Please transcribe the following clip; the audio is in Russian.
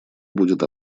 будет